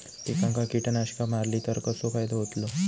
पिकांक कीटकनाशका मारली तर कसो फायदो होतलो?